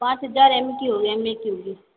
पाँच हज़ार एम की होगी एम ए की होगी